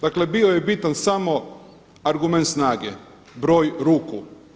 Dakle bio je bitan samo argument snage, broj ruku.